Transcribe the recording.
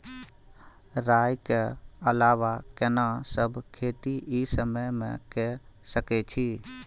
राई के अलावा केना सब खेती इ समय म के सकैछी?